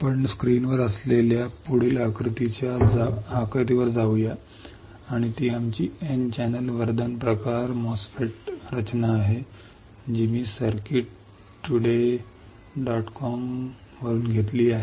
आपण स्क्रीनवर असलेल्या पुढील आकृतीच्या पुढील आकृतीवर जाऊया आणि ती आमची N चॅनेल वर्धन प्रकार MOSFET रचना आहे जी मी आज सर्किट डॉट कॉम वरून घेतली आहे